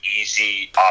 easy